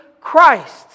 Christ